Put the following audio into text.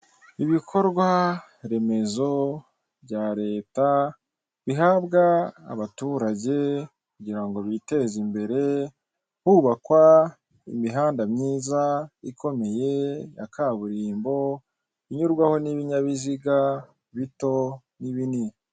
Ibikorwa remezo bya leta bihabwa abaturage kugirango biteze imbere hubakwa imihanda myiza ikomeye ya kaburimbo inyurwaho n' ibinyabiziga bito n' ibinini.